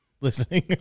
listening